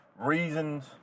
reasons